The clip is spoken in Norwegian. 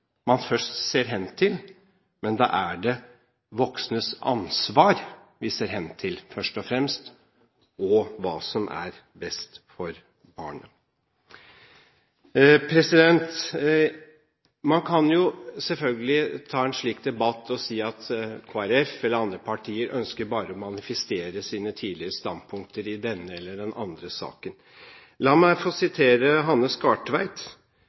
man først ser hen til, men voksnes ansvar vi først og fremst ser hen til, og hva som er best for barnet. Man kan selvfølgelig ta en slik debatt og si at Kristelig Folkeparti eller andre partier bare ønsker å manifestere sine tidligere standpunkter i denne eller andre saker. La meg få